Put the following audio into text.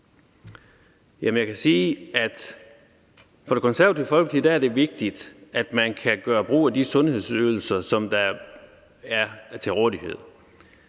for Det Konservative Folkeparti er det vigtigt, at man kan gøre brug af de sundhedsydelser, som er til rådighed.